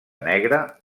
negra